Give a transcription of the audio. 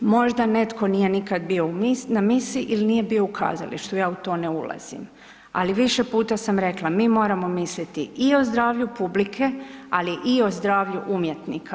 Možda neko nikad nije bio na misi ili nije bio u kazalištu, ja u to ne ulazim, ali više puta sam rekla, mi moramo misliti i o zdravlju publike, ali i o zdravlju umjetnika.